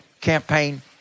campaign